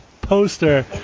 poster